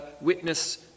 witness